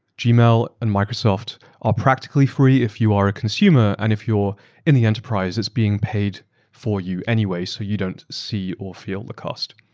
gmail and microsoft are practically free if you are a consumer and if you're in the enterprise, itaeurs being paid for you anyway, so you don't see or feel the cost.